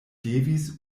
devis